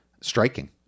striking